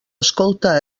escolta